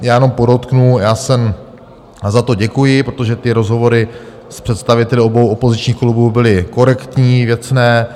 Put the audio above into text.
Já jenom podotknu, já za to děkuji, protože ty rozhovory s představiteli obou opozičních klubů byly korektní, věcné.